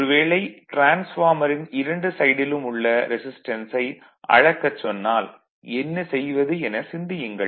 ஒரு வேளை டிரான்ஸ்பார்மரின் இரண்டு சைடிலும் உள்ள ரெசிஸ்டன்ஸை அளக்க சொன்னால் என்ன செய்வது என சிந்தியுங்கள்